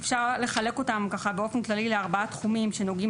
אפשר לחלק אותם באופן כללי לארבעה תחומים שנוגעים